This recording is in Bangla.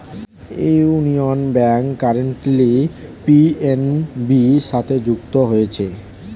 ইউনিয়ন ব্যাংক কারেন্টলি পি.এন.বি সাথে যুক্ত হয়েছে